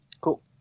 Cool